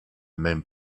même